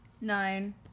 Nine